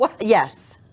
Yes